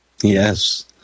Yes